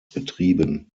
betrieben